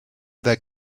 their